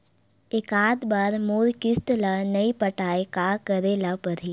एकात बार मोर किस्त ला नई पटाय का करे ला पड़ही?